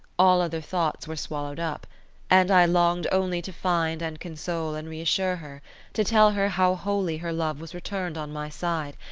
all other thoughts were swallowed up and i longed only to find and console and reassure her to tell her how wholly her love was returned on my side,